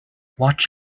watch